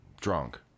drunk